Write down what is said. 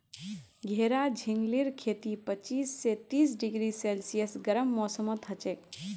घेरा झिंगलीर खेती पच्चीस स तीस डिग्री सेल्सियस गर्म मौसमत हछेक